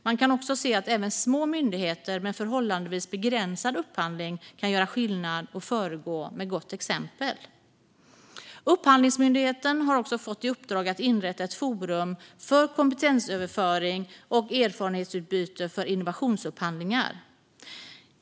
Man kan också se att även små myndigheter med förhållandevis begränsad upphandling kan göra skillnad och föregå med gott exempel. Upphandlingsmyndigheten har också fått i uppdrag att inrätta ett forum för kompetensöverföring och erfarenhetsutbyte för innovationsupphandlingar.